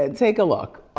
and take a look.